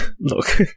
look